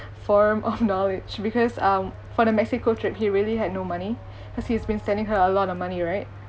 form of knowledge because um for the mexico trip he really had no money cause he's been sending her a lot of money right